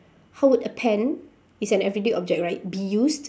how would a pen it's an everyday object right be used